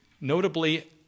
notably